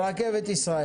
ורכבת ישראל.